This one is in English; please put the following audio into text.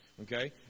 Okay